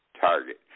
target